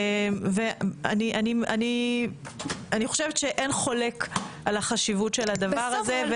אני חושבת שאין חולק על החשיבות של הדבר הזה,